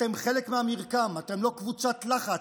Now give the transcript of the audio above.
אתם חלק מהמרקם, אתם לא קבוצת לחץ.